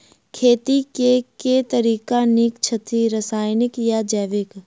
खेती केँ के तरीका नीक छथि, रासायनिक या जैविक?